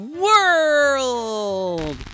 world